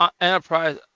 Enterprise